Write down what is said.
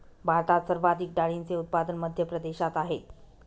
भारतात सर्वाधिक डाळींचे उत्पादन मध्य प्रदेशात आहेत